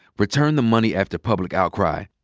returned the money after public outcry.